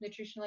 nutritionally